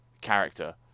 character